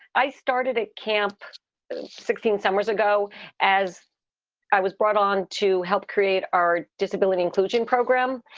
i started at camp sixteen summers ago as i was brought on to help create our disability inclusion program.